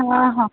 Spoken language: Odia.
ହଁ ହଁ